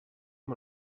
amb